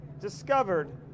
discovered